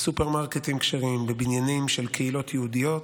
בסופרמרקטים כשרים, בבניינים של קהילות יהודיות.